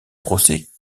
procès